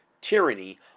tyranny